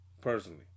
personally